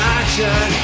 action